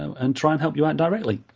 and try and help you out directly.